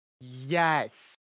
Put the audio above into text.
Yes